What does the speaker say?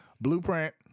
Blueprint